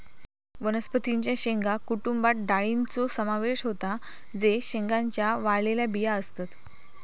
वनस्पतीं च्या शेंगा कुटुंबात डाळींचो समावेश होता जे शेंगांच्या वाळलेल्या बिया असतत